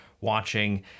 watching